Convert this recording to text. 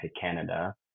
Canada